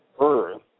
Earth